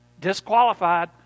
disqualified